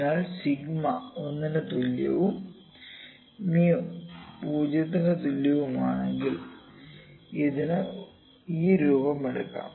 അതിനാൽ സിഗ്മ 𝞂 1 ന് തുല്യവും mu'𝛍' 0 ന് തുല്യവുമാണെങ്കിൽ ഇതിന് ഈ രൂപം എടുക്കാം